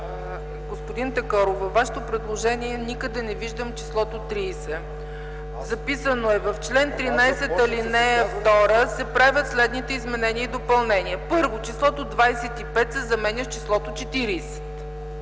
Господин Такоров, във Вашето предложение никъде ни виждам числото 30. Записано е: „В чл. 13, ал. 2 се правят следните изменения и допълнения: 1. Числото 25 се заменя с числото 40.”